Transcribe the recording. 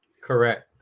Correct